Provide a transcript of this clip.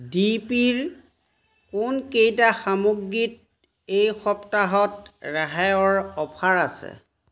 ডিপিৰ কোনকেইটা সামগ্ৰীত এই সপ্তাহত ৰেহাইৰ অফাৰ আছে